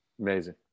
Amazing